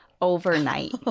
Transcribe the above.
overnight